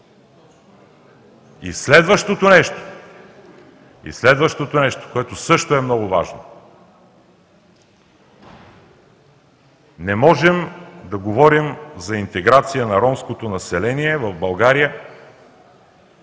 И следващото нещо, което също е много важно – не можем да говорим за интеграция на ромското население в България,